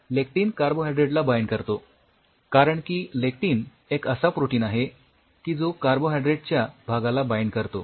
lectin कार्बोडायड्रेटला bind करतो कारण की लेक्टिन एक असा प्रोटीन आहे की जो कार्बोडायड्रेटच्या भागाला बाइंड करू शकतो